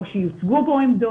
שיוצגו בו עמדות.